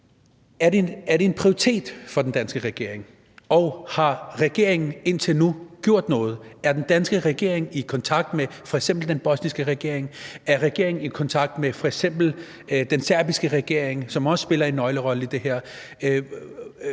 Er det en prioritet for den danske regering, og har regeringen indtil nu gjort noget? Er den danske regering i kontakt med f.eks. den bosniske regering? Er regeringen i kontakt med f.eks. den serbiske regering, som også spiller en nøglerolle i det her?